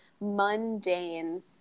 mundane